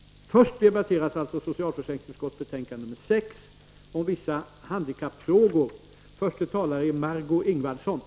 Först upptas därför skatteutskottets betänkande 2 om dubbelbeskattningsavtal mellan Sverige och Sri Lanka.